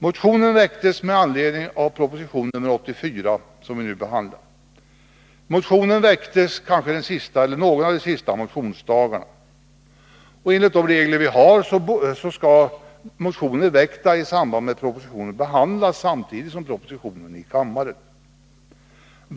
Motionen väcktes med anledning av proposition nr 84, som vi nu behandlar, under någon av de sista motionsdagarna. Enligt de regler vi har skall motioner väckta i samband med en proposition behandlas samtidigt som propositionen i kammaren.